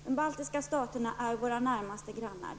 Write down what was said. De baltiska staterna är våra närmaste grannar.